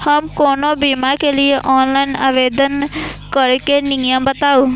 हम कोनो बीमा के लिए ऑनलाइन आवेदन करीके नियम बाताबू?